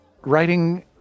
writing